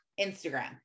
Instagram